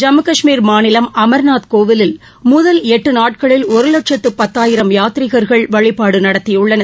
ஜம்மு கஷ்மீர் மாநிலம் அமர்நாத் கோவிலில் முதல் எட்டு நாட்களில் ஒரு லட்சத்து பத்தாயிரம் யாத்திரிகர்கள் வழிபாடு நடத்தியுள்ளனர்